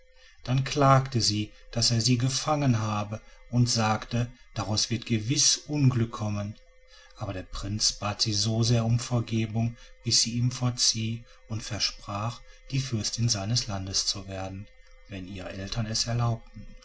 dann klagte sie daß er sie gefangen habe und sagte daraus wird gewiß unglück kommen aber der prinz bat sie so sehr um vergebung bis sie ihm verzieh und versprach die fürstin seines landes zu werden wenn ihre eltern es erlaubten